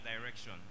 direction